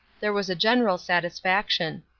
there was general satisfaction.